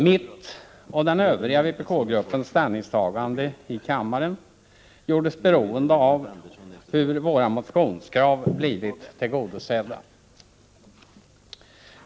Mitt och den övriga vpk-gruppens ställningstagande i kammaren gjordes beroende av hur våra motionskrav blivit tillgodosedda.